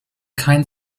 kein